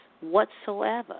Whatsoever